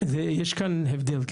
יש כאן הבדל.